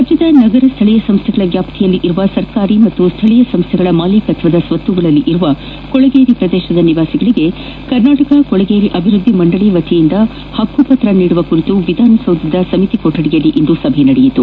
ರಾಜ್ಯದ ನಗರ ಸ್ಥಳೀಯ ಸಂಸ್ಥೆಗಳ ವ್ಯಾಪ್ತಿಯಲ್ಲಿ ಇರುವ ಸರ್ಕಾರಿ ಹಾಗೂ ಸ್ಥಳೀಯ ಸಂಸ್ಥೆಗಳ ಮಾಲೀಕತ್ವದ ಸ್ವತ್ತುಗಳಲ್ಲಿ ಇರುವ ಕೊಳಗೇರಿ ಪ್ರದೇಶದ ನಿವಾಸಿಗಳಿಗೆ ಕರ್ನಾಟಕ ಕೊಳಗೇರಿ ಅಭಿವೃದ್ದಿ ಮಂಡಳಿ ವತಿಯಿಂದ ಹಕ್ಕು ಪತ್ರ ನೀಡುವ ಕುರಿತು ವಿಧಾನಸೌಧದ ಸಮಿತಿ ಕೊಠಡಿಯಲ್ಲಿ ಇಂದು ಸಭೆ ನಡೆಯಿತು